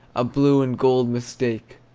a blue and gold mistake.